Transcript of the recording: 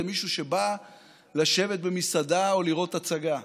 זה מישהו שבא לשבת במסעדה או לראות הצגה.